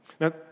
Now